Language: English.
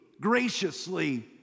graciously